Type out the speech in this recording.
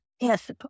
Yes